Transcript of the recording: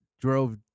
drove